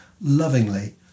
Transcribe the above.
lovingly